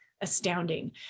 astounding